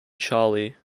charlie